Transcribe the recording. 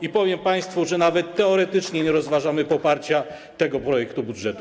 I powiem państwu, że nawet teoretycznie nie rozważamy poparcia tego projektu budżetu.